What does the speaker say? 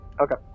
Okay